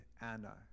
Anna